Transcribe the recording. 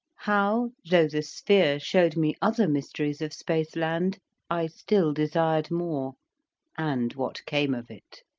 how, though the sphere showed me other mysteries of spaceland, i still desired more and what came of it.